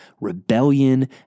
rebellion